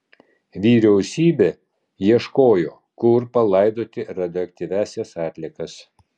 vyriausybė ieškojo kur palaidoti radioaktyviąsias atliekas